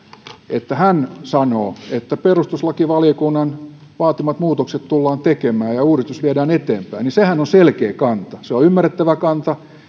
että hän sanoo että perustuslakivaliokunnan vaatimat muutokset tullaan tekemään ja uudistus viedään eteenpäin niin sehän on selkeä kanta se on ymmärrettävä kanta